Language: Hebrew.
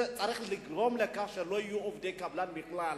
צריך לגרום לכך שלא יהיו עובדי קבלן בכלל.